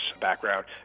background